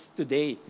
today